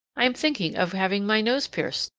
i am thinking of having my nose pierced,